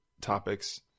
topics